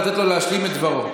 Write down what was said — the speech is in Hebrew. לתת לו להשלים את דברו.